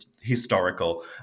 historical